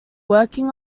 working